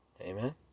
Amen